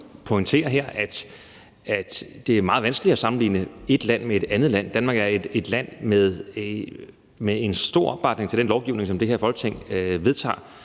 at det er meget vanskeligt at sammenligne ét land med et andet land. Danmark er et land med en stor opbakning til den lovgivning, som det her Folketing vedtager,